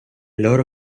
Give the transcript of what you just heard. loro